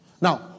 Now